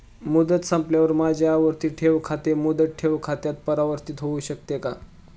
मुदत संपल्यावर माझे आवर्ती ठेव खाते मुदत ठेव खात्यात परिवर्तीत होऊ शकते का?